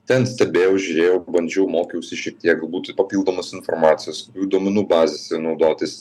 ten stebėjau žiūrėjau bandžiau mokiausi šitiek galbūt papildomos informacijos jų duomenų bazėse naudotis